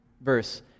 verse